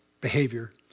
behavior